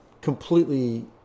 completely